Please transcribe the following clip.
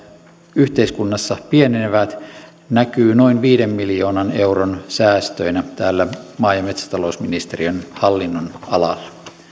yhteiskunnassa pienenevät näkyy noin viiden miljoonan euron säästöinä täällä maa ja metsätalousministeriön hallinnonalalla